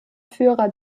führer